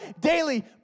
daily